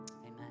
amen